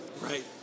Right